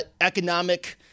economic